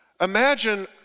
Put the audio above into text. imagine